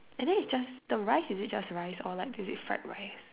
and then is just the rice is it just rice or like is it fried rice